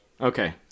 Okay